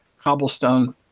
cobblestone